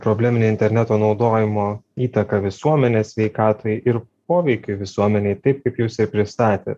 probleminę interneto naudojimo įtaką visuomenės sveikatai ir poveikiui visuomenei taip kaip jūs ir pristatėt